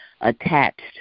attached